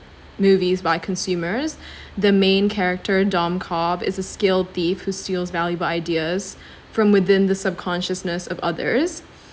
movies by consumers the main character dom cobb is a skilled thief who steals valuable ideas from within the subconsciousness of others